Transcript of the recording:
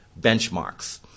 benchmarks